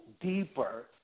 deeper